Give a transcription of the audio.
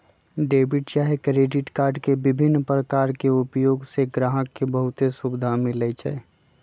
debit चाहे credit card के विभिन्न प्रकार के उपयोग से गाहक के बहुते सुभिधा मिललै ह